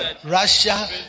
Russia